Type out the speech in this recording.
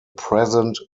present